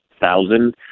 thousand